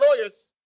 lawyers